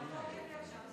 גם בברכת יום ההולדת שלי.